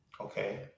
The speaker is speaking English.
Okay